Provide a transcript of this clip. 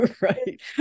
Right